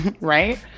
right